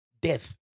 death